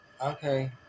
Okay